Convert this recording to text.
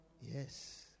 Yes